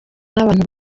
n’abantu